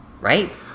Right